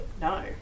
No